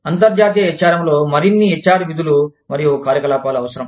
అంతర్జాతీయ HRM లో మరిన్ని HR విధులు మరియు కార్యకలాపాలు అవసరం